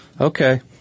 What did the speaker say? Okay